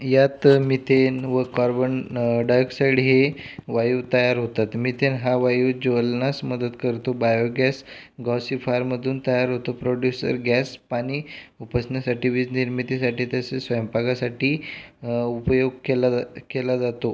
यात मितेन व carbon dioxide हे वायू तयार होतात मिथेन हा वायू ज्वलनास मदत करतो बायोगॅस गॉसिफायरमधून तयार होतो प्रोड्यूसर गॅस पाणी उपसण्यासाठी वीज निर्मितीसाठी तसेच स्वयंपाकासाठी उपयोग केला जा केला जातो